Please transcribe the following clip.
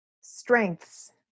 Strengths